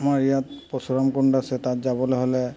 আমাৰ ইয়াত পৰশুৰাম কুণ্ড আছে তাত যাবলৈ হ'লে